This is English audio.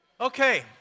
Okay